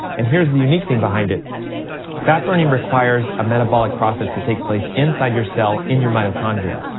and here's the unique thing behind it fat burning requires a metabolic process to take place inside your cell in your mitochondria.